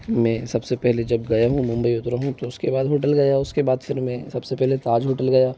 मैं सबसे पहले जब गया हूँ मुंबई उतरा हूँ उसके बाद होटल गया उसके बाद फिर मैं सबसे पहले ताज़ होटल गया